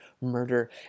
murder